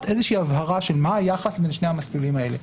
איזושהי הבהרה של מה היחס בין שני המסלולים האלה.